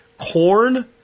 Corn